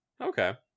Okay